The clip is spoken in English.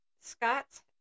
Scott's